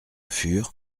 fur